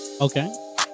Okay